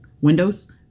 windows